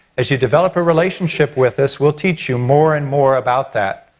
as you develop a relationship with us, we'll teach you more and more about that.